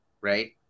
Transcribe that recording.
right